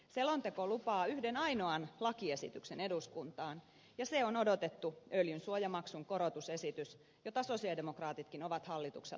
selonteko lupaa yhden ainoan lakiesityksen eduskuntaan ja se on odotettu öljynsuojamaksun korotusesitys jota sosialidemokraatitkin ovat hallitukselta vaatineet